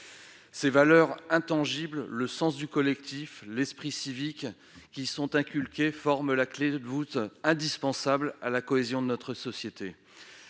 Les valeurs intangibles, le sens du collectif, l'esprit civique qui y sont inculqués forment la clé de voûte indispensable à la cohésion de notre société.